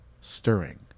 stirring